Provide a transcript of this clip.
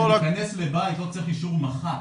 להיכנס לבית לא צריך אישור מח"ט.